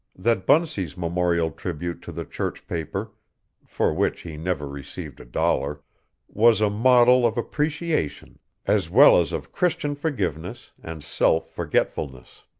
that bunsey's memorial tribute to the church paper for which he never received a dollar was a model of appreciation as well as of christian forgiveness and self-forgetfulness.